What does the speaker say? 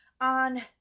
on